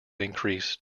increase